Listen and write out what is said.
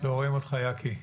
לא רואים אותך, יקי.